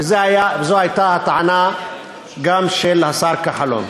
וזו הייתה גם הטענה של השר כחלון.